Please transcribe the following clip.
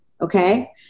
okay